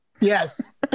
Yes